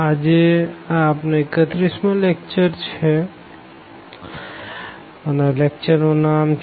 આ આપનો 31 મો લેકચર છે